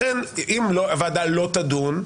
אם הוועדה לא תדון,